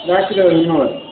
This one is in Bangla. রাখছি তাহলে ধন্যবাদ